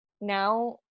Now